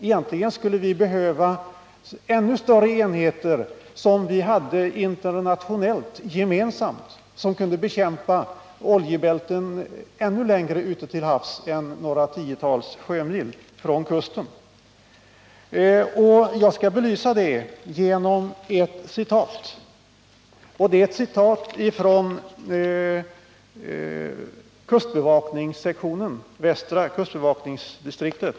Egentligen skulle man behöva ännu större enheter, som kunde ägas och utnyttjas internationellt och som kunde bekämpa oljebälten ännu längre ut till havs än några tiotal sjömil från kusten. Jag skall belysa personalens uppfattning beträffande de mindre enheterna genom att citera ett uttalande från västra kustbevakningsdistriktet.